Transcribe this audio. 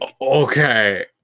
Okay